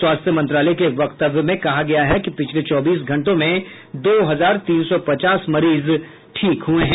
स्वास्थ्य मंत्रालय के एक वक्तव्य में कहा गया है कि पिछले चौबीस घंटों में दो हजार तीन सौ पचास मरीज ठीक हुए हैं